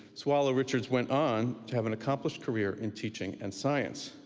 swallow-richards went on to have an accomplished career in teaching and science.